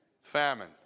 famine